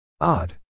Odd